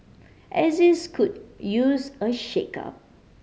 axis could use a shakeup